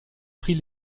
prix